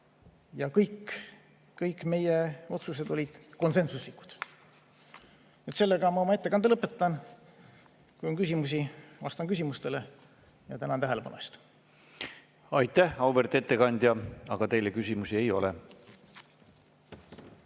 Kõik meie otsused olid konsensuslikud. Sellega ma oma ettekande lõpetan. Kui on küsimusi, vastan küsimustele. Tänan tähelepanu eest! Aitäh, auväärt ettekandja! Aga teile küsimusi ei ole.